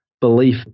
belief